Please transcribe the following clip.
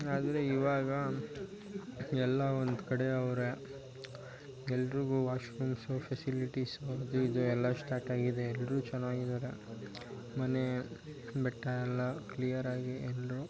ಆದರೆ ಇವಾಗ ಎಲ್ಲ ಒಂದು ಕಡೆ ಅವರೇ ಎಲ್ಲರಿಗೂ ವಾಶ್ರೂಮ್ಸು ಫೆಸಿಲಿಟಿಸು ಅದು ಇದು ಎಲ್ಲ ಸ್ಟಾರ್ಟ್ ಆಗಿದೆ ಎಲ್ಲರೂ ಚೆನ್ನಾಗಿದ್ದಾರೆ ಮನೆ ಬೆಟ್ಟ ಎಲ್ಲ ಕ್ಲಿಯರಾಗಿ ಎಲ್ಲರೂ